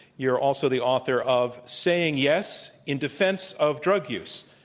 you are also the author of saying yes in defense of drug use.